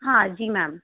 हाँ जी मैम